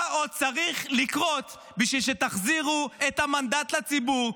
מה עוד צריך לקרות בשביל שתחזירו את המנדט לציבור,